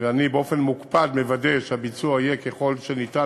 ואני באופן מוקפד מוודא שהביצוע יהיה מהיר ככל שניתן.